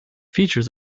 features